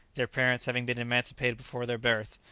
their parents having been emancipated before their birth,